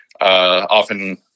often